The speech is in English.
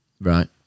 right